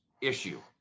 issue